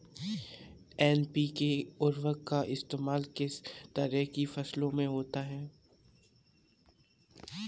NPK उर्वरक का इस्तेमाल किस तरह की फसलों में होता है?